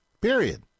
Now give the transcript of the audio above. Period